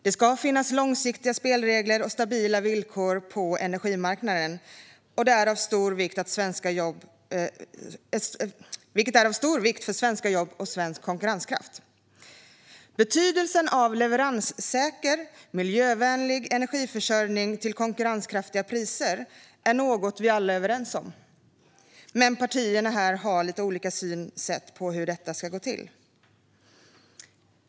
Det ska finnas långsiktiga spelregler och stabila villkor på energimarknaden, vilket är av stor vikt för svenska jobb och svensk konkurrenskraft. Betydelsen av leveranssäker och miljövänlig energiförsörjning till konkurrenskraftiga priser är något alla är överens om. Men partierna har olika synsätt på hur detta ska gå till.